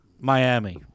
Miami